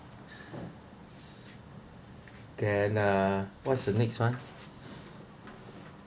can uh what's the next one